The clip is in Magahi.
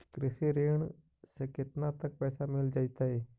कृषि ऋण से केतना तक पैसा मिल जइतै?